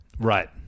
Right